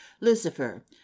Lucifer